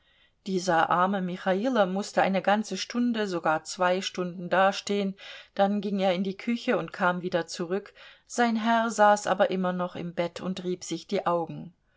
dieser arme michailo mußte eine ganze stunde sogar zwei stunden dastehen dann ging er in die küche und kam wieder zurück sein herr saß aber noch immer im bett und rieb sich die augen